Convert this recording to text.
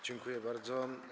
Dziękuję bardzo.